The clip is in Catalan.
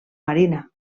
marina